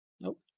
Nope